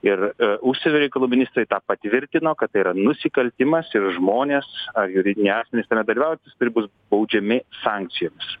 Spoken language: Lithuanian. ir užsienio reikalų ministrai tą patvirtino kad tai yra nusikaltimas ir žmonės ar juridiniai asmenys tame dalyvauja ir bus baudžiami sankcijomis